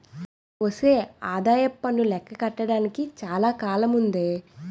ఒసే ఆదాయప్పన్ను లెక్క కట్టడానికి చాలా కాలముందే